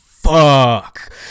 Fuck